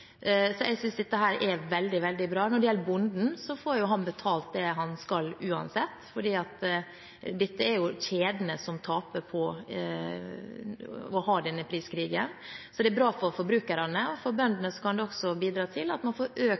Jeg synes dette er veldig bra. Når det gjelder bonden, så får han betalt det han skal uansett, fordi det er kjedene som taper på å ha denne priskrigen. Det er bra for forbrukerne, og for bøndene kan det også bidra til at man får økt